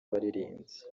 abaririmbyi